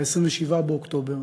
27 באוקטובר,